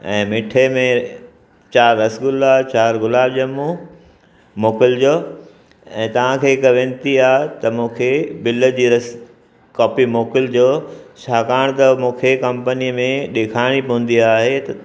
ऐं मिठे में चारि रसगुला चारि गुलाब ॼमूं मोकिलिजो ऐं तव्हां खे हिकु वेनती आहे त मूंखे बिल जी रस कॉपी मोकिलिजो छाकाणि त मूंखे कंपनीअ में ॾेखारिणी पवंदी आहे त